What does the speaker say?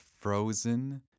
frozen